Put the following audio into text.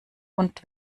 und